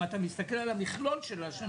אם אתה מסתכל על המכלול של השנים,